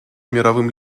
мировым